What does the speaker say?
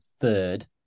third